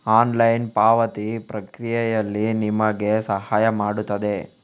online ಪಾವತಿ ಪ್ರಕ್ರಿಯೆಯಲ್ಲಿ ನಿಮಗೆ ಸಹಾಯ ಮಾಡುತ್ತದೆ